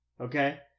Okay